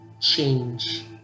change